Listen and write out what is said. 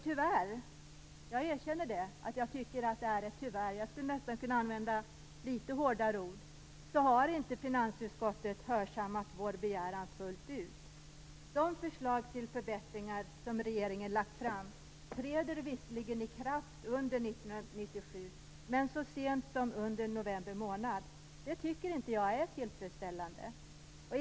Tyvärr - jag skulle nästan kunna använda ett litet hårdare ord - har inte finansutskottet hörsammat vår begäran fullt ut. De förslag till förbättringar som regeringen har lagt fram träder visserligen i kraft under 1997 men så sent som under november månad. Det tycker inte jag är tillfredsställande.